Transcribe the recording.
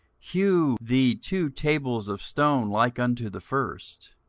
hew thee two tables of stone like unto the first,